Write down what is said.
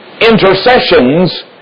intercessions